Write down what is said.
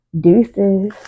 Deuces